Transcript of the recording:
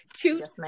cute